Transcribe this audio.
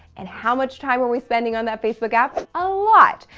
and how much time are we spending on that facebook app? a lot!